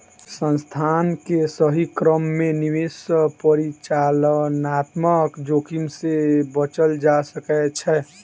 संस्थान के सही क्रम में निवेश सॅ परिचालनात्मक जोखिम से बचल जा सकै छै